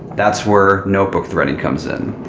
that's where notebook threading comes in.